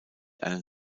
einen